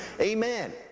Amen